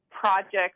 projects